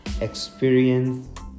Experience